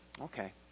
Okay